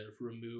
remove